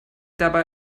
dabei